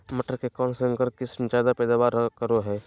मटर के कौन संकर किस्म जायदा पैदावार करो है?